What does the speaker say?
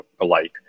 alike